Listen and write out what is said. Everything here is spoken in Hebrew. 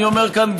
אני אומר כאן,